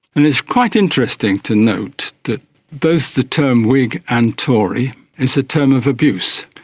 and it's quite interesting to note that both the term whig and tory is a term of abuse.